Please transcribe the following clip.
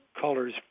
caller's